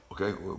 Okay